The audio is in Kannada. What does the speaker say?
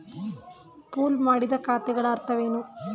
ಪೂಲ್ ಮಾಡಿದ ಖಾತೆಗಳ ಅರ್ಥವೇನು?